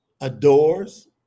adores